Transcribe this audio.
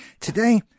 Today